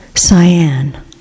cyan